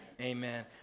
amen